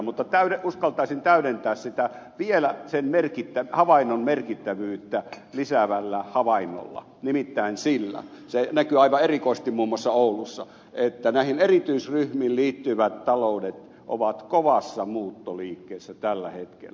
mutta uskaltaisin vielä täydentää sitä havaintoa sen merkittävyyttä lisäävällä havainnolla nimittäin sillä se näkyy aivan erikoisesti muun muassa oulussa että näihin erityisryhmiin liittyvät taloudet ovat kovassa muuttoliikkeessä tällä hetkellä